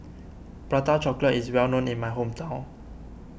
Prata Chocolate is well known in my hometown